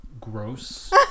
gross